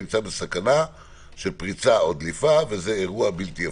נמצא בסכנה של פריצה או דליפה וזה אירוע בלתי הפיך.